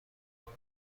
خوام